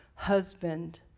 husband